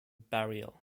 barrier